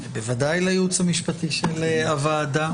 ובוודאי לייעוץ המשפטי של הוועדה.